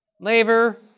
labor